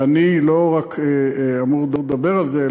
ואני לא רק אמור לדבר על זה,